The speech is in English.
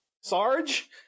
Sarge